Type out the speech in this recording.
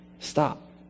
Stop